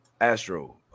Astro